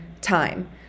time